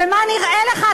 ומה נראה לך,